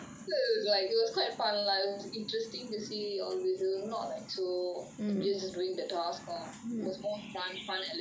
so it was like it was quite fun lah it was quite interesting to see all these it is not like so just doing the task lor it was more fun elements